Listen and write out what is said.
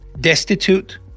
destitute